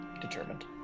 determined